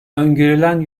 öngörülen